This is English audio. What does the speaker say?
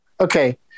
okay